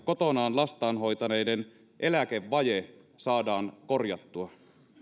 kotonaan lastaan hoitaneiden eläkevaje saadaan korjattua